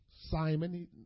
Simon